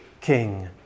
king